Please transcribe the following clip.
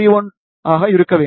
3l ஆக இருக்க வேண்டும்